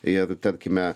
ir tarkime